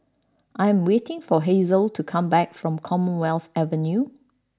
I am waiting for Hazelle to come back from Commonwealth Avenue